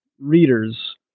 readers